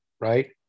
right